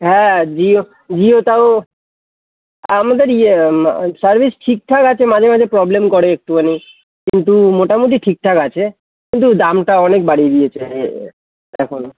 হ্যাঁ জিও জিও তাও আমাদের ইয়ে সার্ভিস ঠিকঠাক আছে মাঝেমাঝে প্রবলেম করে একটুখানি কিন্তু মোটামুটি ঠিকঠাক আছে কিন্তু দামটা অনেক বাড়িয়ে দিয়েছে এখন